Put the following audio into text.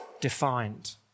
defined